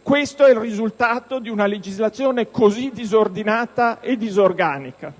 Questo è il risultato di una legislazione così disordinata e disorganica.